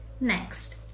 Next